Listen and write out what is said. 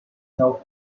now